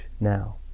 now